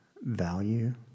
value